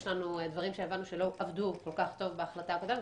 יש דברים שהבנו שלא עבדו כל כך טוב בהחלטה הקודמת,